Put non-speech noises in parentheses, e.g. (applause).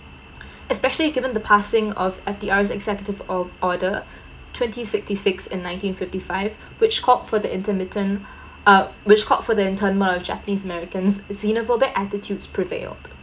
(breath) especially given the passing of F_D_R executive or~ order (breath) twenty sixty six and nineteen fifty five (breath) which called for the intermittent (breath) uh which called for the interment of japanese americans xenophobic attitudes prevailed